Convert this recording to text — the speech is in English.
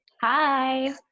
Hi